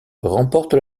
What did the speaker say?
remporte